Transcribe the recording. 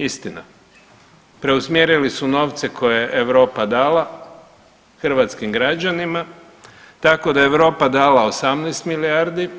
Istina, preusmjerili su novce koje je Europa dala hrvatskim građanima tako da je Europa dala 18 milijardi,